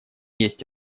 есть